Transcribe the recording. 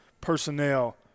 personnel